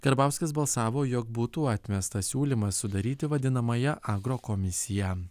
karbauskis balsavo jog būtų atmestas siūlymas sudaryti vadinamąją agro komisiją